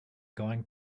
going